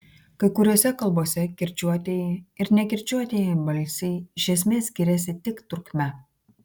kai kuriose kalbose kirčiuotieji ir nekirčiuotieji balsiai iš esmės skiriasi tik trukme